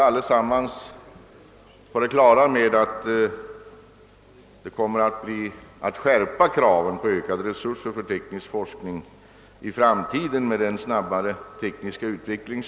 Allesammans är vi också på det klara med att kraven på ökade resurser för teknisk forskning kommer att skärpas i framtiden på grund av den snabbare tekniska utvecklingen.